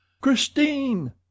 Christine